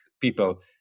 people